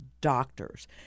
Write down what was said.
doctors